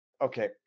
okay